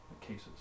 cases